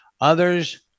others